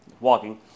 walking